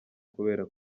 kubera